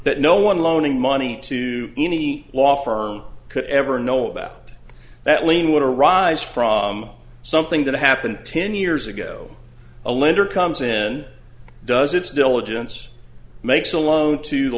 that no one loaning money to any law firm could ever know about that lien would arise from something that happened ten years ago a lender comes in does its diligence makes a loan to the